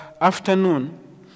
afternoon